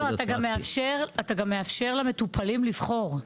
אתה גם מאפשר למטופלים לבחור,